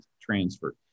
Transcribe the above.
transfer